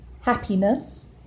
happiness